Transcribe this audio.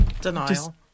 Denial